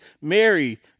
Mary